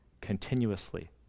continuously